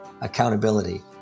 accountability